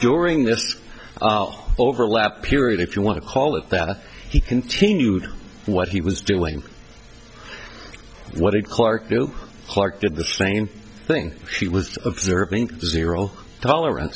during this overlap period if you want to call it that he continued what he was doing what it clark clark did the same thing she was observing zero tolerance